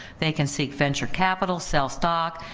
they can seek venture capital, sell stock,